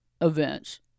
events